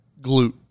Glute